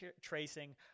Tracing